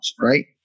right